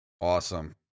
Awesome